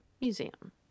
museum